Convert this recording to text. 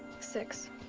six